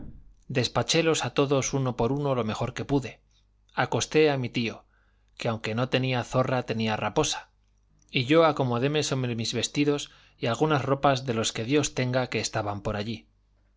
despachélos a todos uno por uno lo mejor que pude acosté a mi tío que aunque no tenía zorra tenía raposa y yo acomodéme sobre mis vestidos y algunas ropas de los que dios tenga que estaban por allí